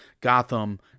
Gotham